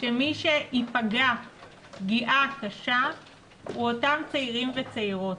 שמי שייפגע פגיעה קשה הם אותם צעירים וצעירות,